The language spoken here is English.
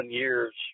years